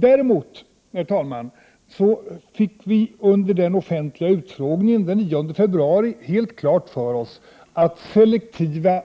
Däremot, herr talman, fick vi under den offentliga utfrågningen den 9 februari helt klart för oss, att selektiva